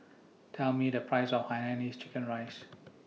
Tell Me The Price of Hainanese Chicken Rice